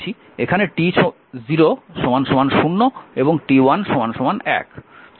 এখানে t0 0 এবং t1 1